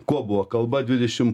kuo buvo kalba dvidešim